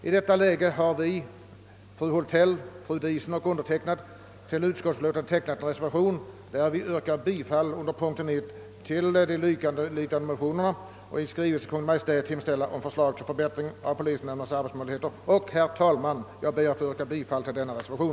I detta läge har fru Hultell, fru Diesen och jag till utskottsutlåtandet fogat en reservation, i vilken vi vid punkten 1 yrkar bifall till de likalydande motionerna I:445 och II: 549, innebärande att i skrivelse till Kungl. Maj:t hemställes om förslag till förbättring av polisnämndernas arbetsmöjligheter. Herr talman! Jag ber att få yrka bifall till denna reservation.